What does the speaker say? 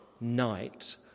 night